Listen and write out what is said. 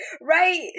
right